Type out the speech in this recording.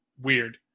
weird